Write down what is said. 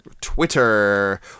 Twitter